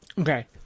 Okay